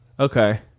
Okay